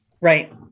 Right